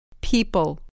People